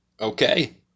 Okay